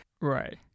Right